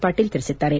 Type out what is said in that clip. ಪಾಟೀಲ್ ತಿಳಿಸಿದ್ದಾರೆ